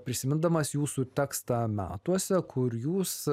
prisimindamas jūsų tekstą metuose kur jūs